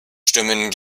stimmen